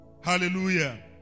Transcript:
Hallelujah